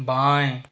बाएं